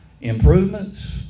Improvements